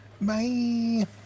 Bye